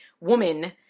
woman